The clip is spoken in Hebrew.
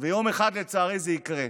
ויום אחד לצערי זה יקרה.